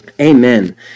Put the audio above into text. Amen